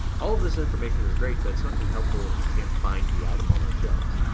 all of this information is great, but it's not too helpful if you can't find the item on our shelves.